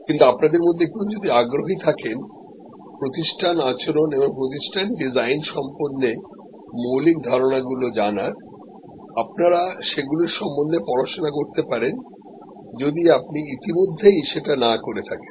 কিন্তুআপনাদের মধ্যেকেউ যদিআগ্রহী থাকেন প্রতিষ্ঠান আচরণ এবং প্রতিষ্ঠান ডিজাইন সম্বন্ধে মৌলিক ধারণা গুলো জানার আপনারাসেগুলির সম্বন্ধে পড়াশোনা করতে পারেন যদি আপনি ইতিমধ্যেই সেটা না করে থাকেন